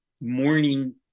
morning